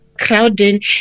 crowding